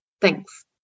Thanks